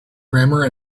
grammar